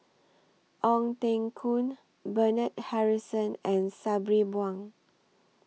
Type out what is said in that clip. Ong Teng Koon Bernard Harrison and Sabri Buang